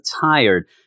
tired